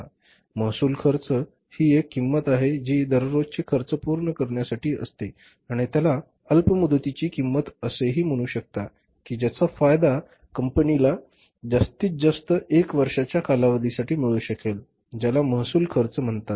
महसूल खर्च ही एक किंमत आहे जी दररोज चे खर्च पूर्ण करण्यासाठी असते आणि त्याला अल्प मुदतीची किंमत असे ही म्हणू शकता की ज्याचा फायदा कंपनीला जास्तीत जास्त एक वर्षाच्या कालावधीसाठी मिळू शकेल ज्याला महसूल खर्च म्हणतात